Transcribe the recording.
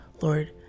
lord